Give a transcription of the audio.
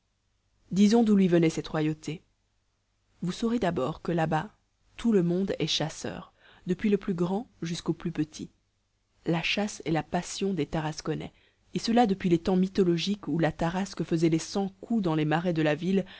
disons d'où lui venait cette royauté vous saurez d'abord que là-bas tout le monde est chasseur depuis le plus grand jusqu'au plus petit la chasse est la passion des tarasconnais et cela depuis les temps mythologiques où la tarasque faisait les cent coups dans les marais de la ville